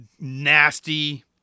nasty